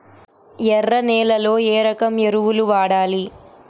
ఎర్ర నేలలో ఏ రకం ఎరువులు వాడాలి?